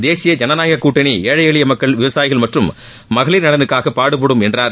தேசிய ஜனநாயக கூட்டணி ஏழை எளிய மக்கள் விவசாயிகள் மற்றும் மகளிர் நலனுக்காக பாடுபடும் என்றார்